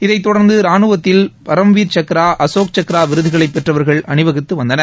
இதைத் தொடர்ந்து ராணுவத்தில் பரம்வீர் சக்ரா அசோக் சக்ரா விருதுகளை பெற்றவர்கள் அணிவகுத்து வந்தனர்